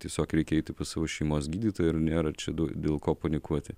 tiesiog reikia eiti pas savo šeimos gydytoją ir nėra čia dėl ko panikuoti